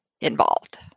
involved